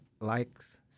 likes